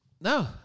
No